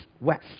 West